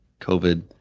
covid